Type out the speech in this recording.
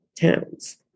Towns